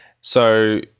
so-